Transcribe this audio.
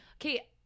Okay